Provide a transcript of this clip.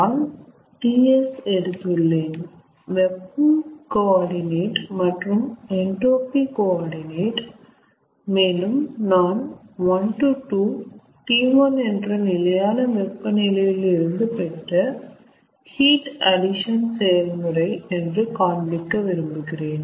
நான் TS எடுத்துள்ளேன் வெப்பம் கோ ஆர்டினட் மற்றும் என்ட்ரோபி கோ ஆர்டினட் மேலும் நான் 1 to 2 T1 என்ற நிலையான வெப்பநிலையில் இருந்து பெற்ற ஹீட் அட்டிஷன் செயல்முறை என்று காண்பிக்க விரும்புகிறேன்